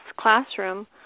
classroom